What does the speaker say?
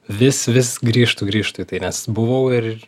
vis vis grįžtu grįžtu į tai nes buvau ir